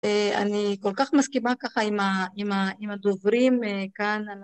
אני כל כך מסכימה ככה עם הדוברים כאן על ה..